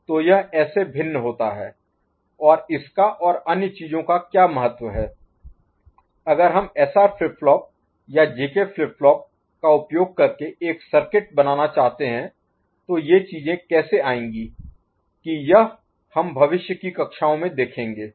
तो यह ऐसे भिन्न होता है और इसका और अन्य चीज़ों का क्या महत्व है अगर हम एसआर फ्लिप फ्लॉप या जेके फ्लिप फ्लॉप का उपयोग करके एक सर्किट बनाना चाहते हैं तो ये चीजें कैसे आएंगी यह हम भविष्य की कक्षाओं में देखेंगे